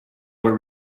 where